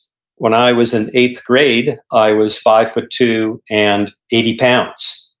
when i was in eighth grade i was five foot two and eighty pounds.